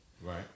right